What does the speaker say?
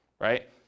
right